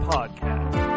Podcast